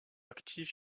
actif